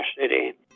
city